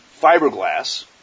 fiberglass